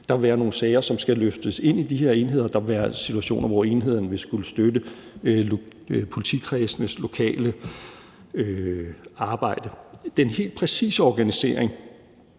Der vil være nogle sager, som skal løftes ind i de her enheder, og der vil være situationer, hvor enheden vil skulle støtte politikredsenes lokale arbejde. Den helt præcise organisering